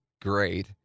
great